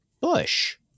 Bush